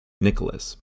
Nicholas